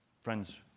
Friends